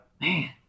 Man